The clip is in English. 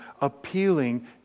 appealing